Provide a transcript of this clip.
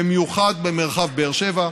במיוחד במרחב באר שבע,